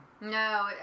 No